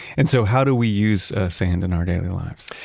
and so how do we use sand in our daily lives?